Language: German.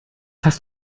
hast